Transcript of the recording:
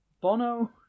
Bono